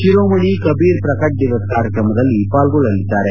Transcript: ಶಿರೋಮಣಿ ಕಬೀರ್ ಪ್ರಕಟ್ ದಿವಸ್ ಕಾರ್ಯಕ್ರಮದಲ್ಲಿ ಪಾಲ್ಗೊಳ್ಳಲಿದ್ದಾರೆ